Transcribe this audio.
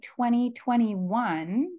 2021